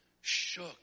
shook